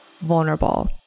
vulnerable